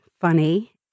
funny